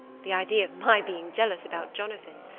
the idea of my being jealous about jonathan!